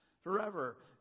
forever